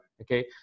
Okay